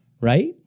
right